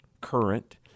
current